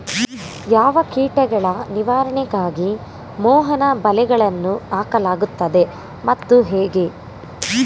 ಯಾವ ಕೀಟಗಳ ನಿವಾರಣೆಗಾಗಿ ಮೋಹನ ಬಲೆಗಳನ್ನು ಹಾಕಲಾಗುತ್ತದೆ ಮತ್ತು ಹೇಗೆ?